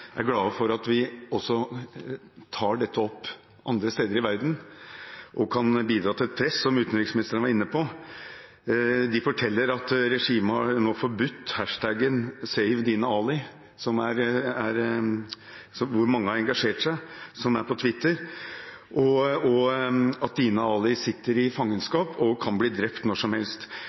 verden og kan bidra til et press – som utenriksministeren var inne på. De forteller at regimet nå har forbudt hashtag-en #SaveDinaAli – som mange har engasjert seg i på Twitter – og at Dina Ali sitter i fangenskap og kan bli drept når som helst.